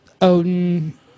Odin